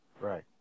Right